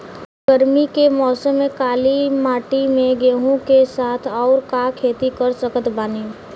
गरमी के मौसम में काली माटी में गेहूँ के साथ और का के खेती कर सकत बानी?